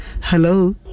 Hello